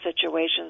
situations